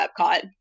epcot